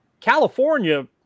California